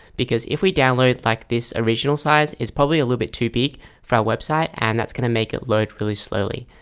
because if we download like this original size is probably a little bit too big for our website and that's gonna make it load really slowly.